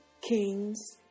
kings